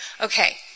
okay